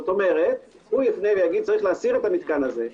כלומר הוא צריך להסיר את המתקן הזה.